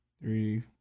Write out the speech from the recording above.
three